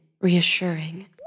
reassuring